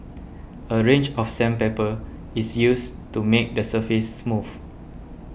a range of sandpaper is used to make the surface smooth